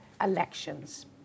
elections